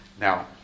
Now